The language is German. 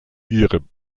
ihrem